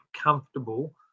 comfortable